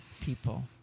people